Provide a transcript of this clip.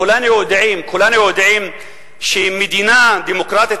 כולנו יודעים, כולנו יודעים שמדינה דמוקרטית